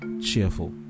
cheerful